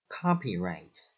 Copyright